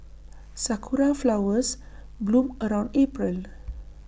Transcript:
Sakura Flowers bloom around April